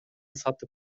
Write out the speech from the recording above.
сатып